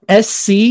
SC